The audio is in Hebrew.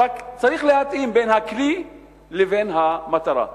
רק צריך להתאים בין הכלי לבין המטרה.